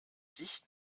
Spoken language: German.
dicht